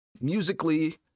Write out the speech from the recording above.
musically